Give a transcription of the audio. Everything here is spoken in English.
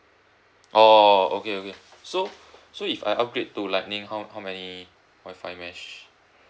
orh okay okay so so if I upgrade to lightning how how many Wi-Fi mesh